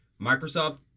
Microsoft